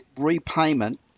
repayment